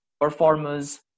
performers